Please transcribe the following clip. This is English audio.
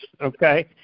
okay